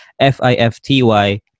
F-I-F-T-Y